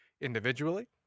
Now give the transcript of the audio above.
individually